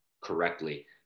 correctly